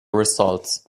results